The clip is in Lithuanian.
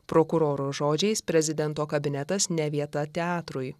prokuroro žodžiais prezidento kabinetas ne vieta teatrui